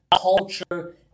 culture